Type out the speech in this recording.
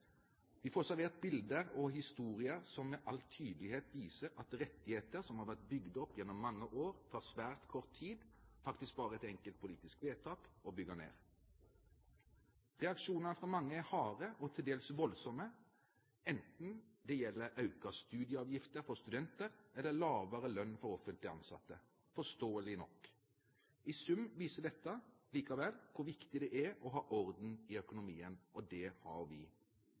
Vi får servert bilder og historier som med all tydelighet viser at rettigheter som har vært bygd opp gjennom mange år, tar det svært kort tid, faktisk bare med et enkelt politisk vedtak, å bygge ned. Reaksjonene fra mange er harde og til dels voldsomme, enten det gjelder økte studieavgifter for studenter eller lavere lønn for offentlig ansatte – forståelig nok. I sum viser dette likevel hvor viktig det er å ha orden i økonomien, og det har vi.